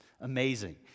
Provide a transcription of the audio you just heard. amazing